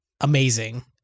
Amazing